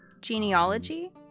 genealogy